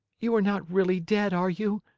you are not really dead, are you?